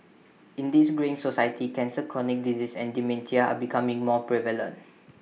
in this greying society cancer chronic disease and dementia are becoming more prevalent